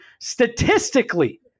statistically